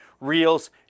reels